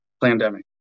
pandemic